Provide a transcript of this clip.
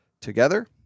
together